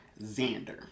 Xander